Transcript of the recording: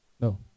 No